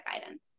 guidance